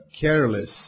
careless